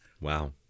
wow